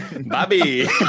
Bobby